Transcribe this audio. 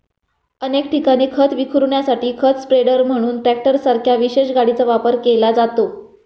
अनेक ठिकाणी खत विखुरण्यासाठी खत स्प्रेडर म्हणून ट्रॅक्टरसारख्या विशेष गाडीचा वापर केला जातो